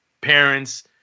parents